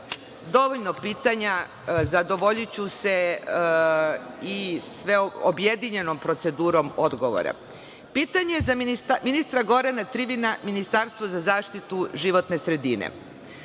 Dovoljno pitanja i zadovoljiću se i sa objedinjenom procedurom odgovora. **Sonja Pavlović** Pitanje za ministra Gorana Trivana, Ministarstvo za zaštitu životne sredine.